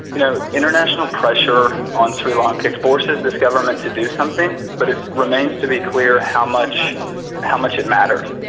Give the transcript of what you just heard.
you know, intellectual pressure on sri lanka forces this government to do something, but it remains to be clear how much how much it matters.